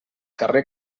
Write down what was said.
carrer